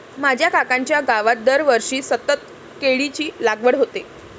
माझ्या काकांच्या गावात दरवर्षी सतत केळीची लागवड होते